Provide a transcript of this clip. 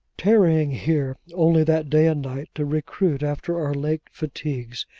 tarrying here, only that day and night, to recruit after our late fatigues,